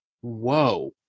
whoa